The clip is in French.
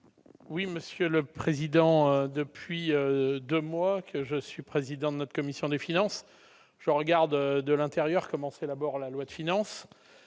Oui, Monsieur le Président, depuis 2 mois que je suis président de notre commission des finances, je regarde de l'intérieur comme d'abord la loi de finance